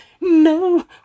no